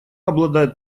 обладает